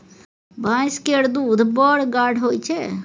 भैंस केर दूध बड़ गाढ़ होइ छै